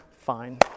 Fine